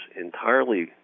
entirely